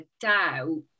doubt